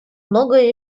многое